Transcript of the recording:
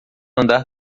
andar